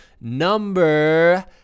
number